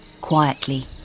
quietly